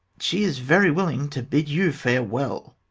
she is very willing to bid you farewell.